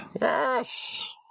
Yes